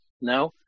no